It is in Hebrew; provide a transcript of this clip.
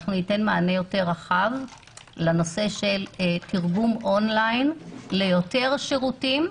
ניתן מענה יותר רחב לנושא של תרגום און-ליין ליותר שירותים,